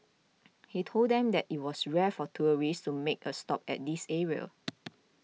he told them that it was rare for tourists to make a stop at this area